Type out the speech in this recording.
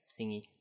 thingy